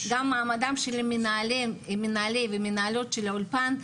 גם מעמדם של מנהלים ומנהלות האולפן,